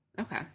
Okay